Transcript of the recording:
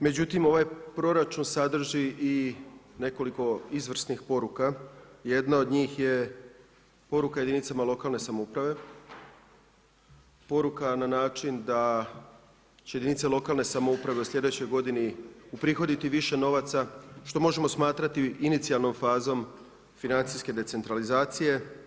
Međutim, ovaj proračun sadrži i nekoliko izvrsnih poruka, jedna od njih je poruka jedinicama lokalne samouprave, poruka na način da će jedinice lokalne samouprave u sljedećoj godini u prihoditi više novaca što možemo smatrati inicijalnom fazom financijske decentralizacije.